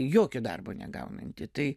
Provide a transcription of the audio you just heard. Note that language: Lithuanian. jokio darbo negaunanti tai